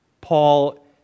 Paul